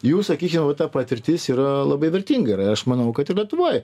jų sakykim va ta patirtis yra labai vertinga ir aš manau kad lietuvoj